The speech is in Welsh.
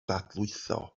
dadlwytho